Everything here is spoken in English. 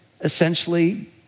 essentially